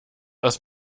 aus